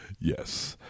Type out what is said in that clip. Yes